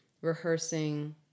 rehearsing